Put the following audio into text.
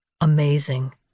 Amazing